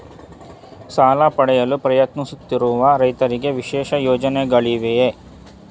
ಸಾಲ ಪಡೆಯಲು ಪ್ರಯತ್ನಿಸುತ್ತಿರುವ ರೈತರಿಗೆ ವಿಶೇಷ ಪ್ರಯೋಜನಗಳಿವೆಯೇ?